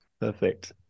perfect